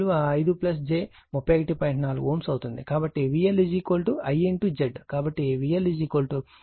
4 Ω అవుతుంది